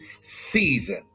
season